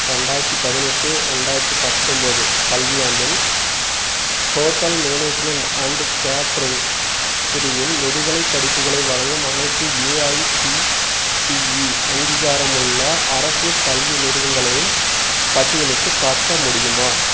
ரெண்டாயிரத்து பதினெட்டு ரெண்டாயிரத்து பத்தொம்போது கல்வியாண்டில் ஹோட்டல் மேனேஜ்மெண்ட் அண்டு கேட்ரிங் பிரிவில் முதுகலைப் படிப்புகளை வழங்கும் அனைத்து ஏஐசிடிஇ அங்கீகாரமுள்ள அரசு கல்வி நிறுவங்களையும் பட்டியலிட்டுக் காட்ட முடியுமா